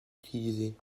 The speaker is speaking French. utilisée